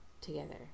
together